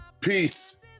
Peace